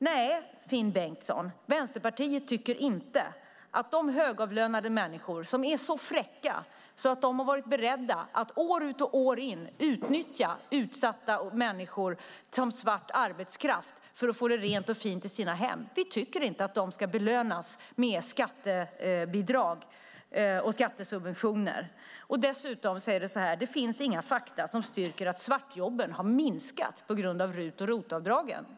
Nej, Finn Bengtsson, Vänsterpartiet tycker inte att de högavlönade människor som är så fräcka att de har varit beredda att år ut och år in utnyttja utsatta människor som svart arbetskraft för att få det rent och fint i sina hem ska belönas med skattesubventioner. Dessutom finns det inga fakta som styrker att svartjobben har minskat på grund av RUT och ROT-avdragen.